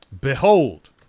Behold